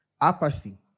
Apathy